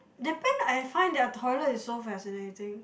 Japan I find their toilet is so fascinating